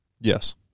Yes